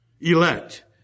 Elect